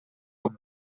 com